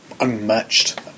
Unmatched